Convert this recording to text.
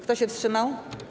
Kto się wstrzymał?